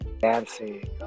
dancing